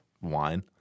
wine